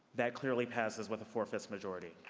that clearly passes with a four five majority.